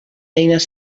eines